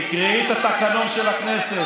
תקראי את התקנון של הכנסת.